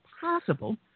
possible